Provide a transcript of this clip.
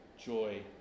joy